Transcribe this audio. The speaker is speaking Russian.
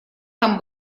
там